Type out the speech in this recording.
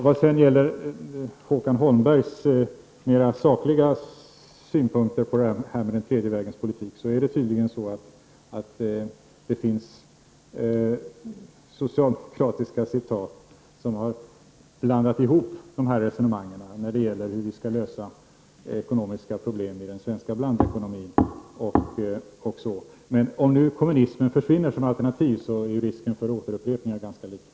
Vad sedan gäller Håkan Holmbergs mera sakliga synpunkter på tredje vägens politik finns det tydligen socialdemokratiska citat, där man har blandat ihop resonemangen om hur vi skall lösa ekonomiska problem i den svenska blandekonomin. Men om nu kommunismen försvinner som alternativ, är ju risken för upprepningar ganska liten.